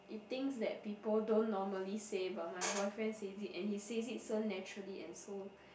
it things that people don't normally say but my boyfriend says it and it says it so naturally and so